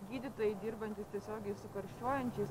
gydytojai dirbantys tiesiogiai su karščiuojančiais